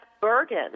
Bergen